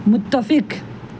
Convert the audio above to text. متفق